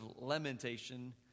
lamentation